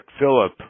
Philip